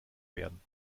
werden